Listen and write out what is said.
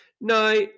Now